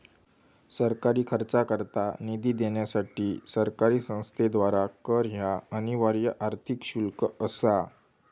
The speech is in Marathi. सरकारी खर्चाकरता निधी देण्यासाठी सरकारी संस्थेद्वारा कर ह्या अनिवार्य आर्थिक शुल्क असा